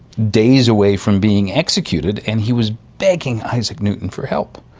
days away from being executed, and he was begging isaac newton for help,